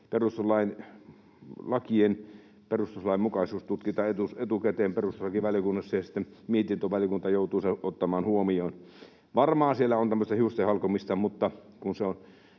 perustuslainmukaisuus tutkitaan etukäteen perustuslakivaliokunnassa ja sitten mietintövaliokunta joutuu sen ottamaan huomioon. Varmaan siellä on tämmöistä hiusten halkomista, mutta kun se on